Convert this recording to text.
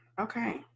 okay